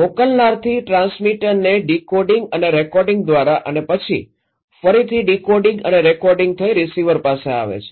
મોકલનારથી ટ્રાન્સમીટરને ડીકોડિંગ અને રિકોડિંગ દ્વારા અને પછી ફરીથી ડીકોડિંગ અને રિકોડિંગ થઇ રીસીવર પાસે આવે છે